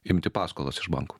imti paskolas iš bankų